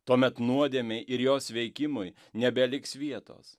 tuomet nuodėmei ir jos veikimui nebeliks vietos